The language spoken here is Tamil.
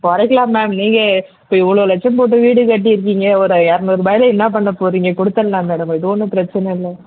குறைக்கலாம் மேம் நீங்கள் இப்போ இவ்வளோ லட்சம் போட்டு வீடு கட்டி இருக்கீங்க ஒரு இரநூறுபாய்ல என்ன பண்ண போகறீங்க கொடுத்துர்லாம் மேடம் இது ஒன்றும் பிரச்சனை இல்லை